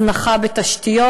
הזנחה בתשתיות,